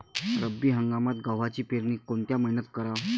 रब्बी हंगामात गव्हाची पेरनी कोनत्या मईन्यात कराव?